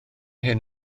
hyn